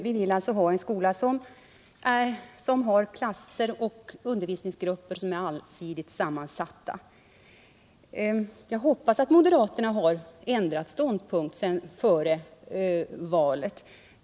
Vi vill ha en skola med allsidigt sammansatta klasser och undervisningsgrupper. Jag hoppas dock att moderaterna har ändrat ståndpunkt sedan före valet.